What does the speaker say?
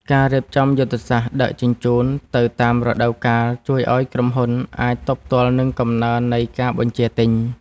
ការរៀបចំយុទ្ធសាស្ត្រដឹកជញ្ជូនទៅតាមរដូវកាលជួយឱ្យក្រុមហ៊ុនអាចទប់ទល់នឹងកំណើននៃការបញ្ជាទិញ។